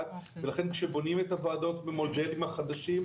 ולכן כשבונים את הוועדות במודלים החדשים,